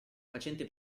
facenti